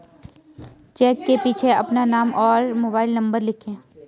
check के पीछे अपना नाम और मोबाइल नंबर लिखें